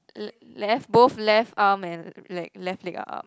l~ left both left arm and like left leg are up